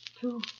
two